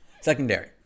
Secondary